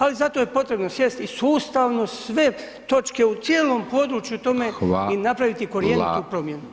Ali zato je potrebno sjest i sustavno sve točke u cijelom području u tome i napraviti korjenitu promjenu.